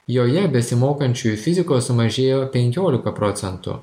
joje besimokančiųjų fizikos sumažėjo penkiolika